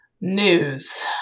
news